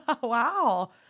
Wow